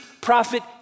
prophet